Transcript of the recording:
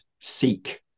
seek